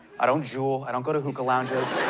i don't juul, i don't go to hookah lounges.